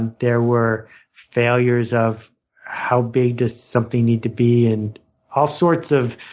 and there were failures of how big does something need to be, and all sorts of